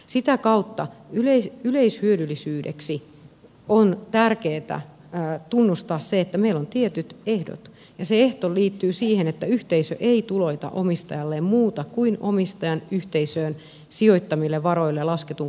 sitä kautta yleishyödyllisyydeksi on tärkeää tunnustaa se että meillä on tietyt ehdot ja se ehto liittyy siihen että yhteisö ei tulouta omistajalleen muuta kuin omistajan yhteisöön sijoittamille varoille lasketun kohtuullisen tuoton